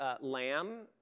lamb